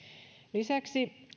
lisäksi